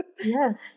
yes